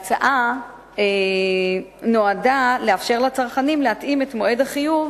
ההצעה נועדה לאפשר לצרכנים להתאים את מועד החיוב